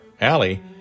Allie